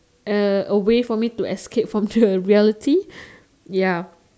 a a way for me to escape from the reality ya